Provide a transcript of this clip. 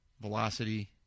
velocity